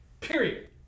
period